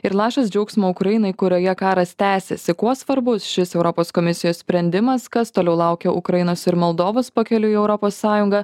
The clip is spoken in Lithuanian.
ir lašas džiaugsmo ukrainai kurioje karas tęsiasi kuo svarbus šis europos komisijos sprendimas kas toliau laukia ukrainos ir moldovos pakeliui į europos sąjungą